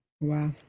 Wow